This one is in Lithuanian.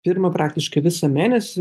pirma praktiškai visą mėnesį